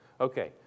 Okay